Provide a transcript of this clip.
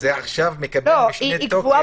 זה עכשיו מקדם במשנה תוקף